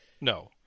no